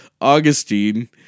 Augustine